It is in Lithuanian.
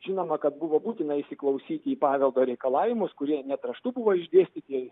žinoma kad buvo būtina įsiklausyti į paveldo reikalavimus kurie net raštu buvo išdėstyti